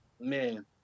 man